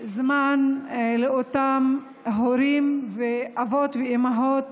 זמן לאותם הורים, אבות ואימהות,